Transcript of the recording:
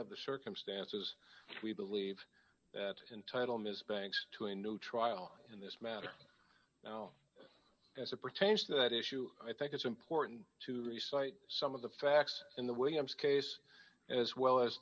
of the circumstances we believe that entitle ms banks to a new trial in this matter as it pertains to that issue i think it's important to recycle some of the facts in the williams case as well as